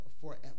forever